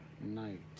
night